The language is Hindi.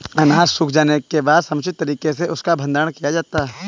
अनाज सूख जाने के बाद समुचित तरीके से उसका भंडारण किया जाता है